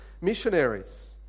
missionaries